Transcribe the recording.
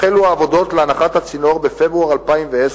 החלו העבודות להנחת הצינור בפברואר 2010,